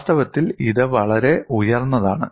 വാസ്തവത്തിൽ ഇത് വളരെ ഉയർന്നതാണ്